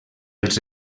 els